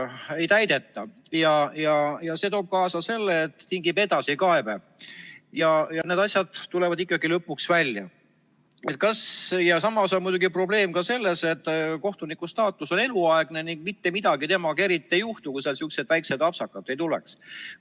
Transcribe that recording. ja see toob kaasa, tingib edasikaebe. Need asjad tulevad ikkagi lõpuks välja. Samas on muidugi probleem ka selles, et kohtuniku staatus on eluaegne ning mitte midagi temaga eriti ei juhtu, kui sihukesed väiksed apsakad tulevad.